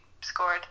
scored